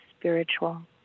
spiritual